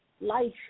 Life